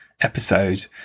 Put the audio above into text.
episode